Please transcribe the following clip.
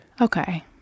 Okay